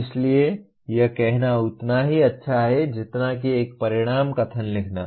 इसलिए यह कहना उतना ही अच्छा है जितना कि एक परिणाम कथन लिखना